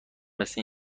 مثل